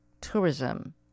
tourism